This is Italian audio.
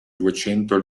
duecento